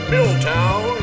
Milltown